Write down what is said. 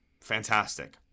Fantastic